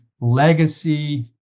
legacy